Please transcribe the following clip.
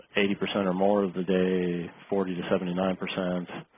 eighty percent or more of the day forty to seventy nine percent